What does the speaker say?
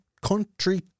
country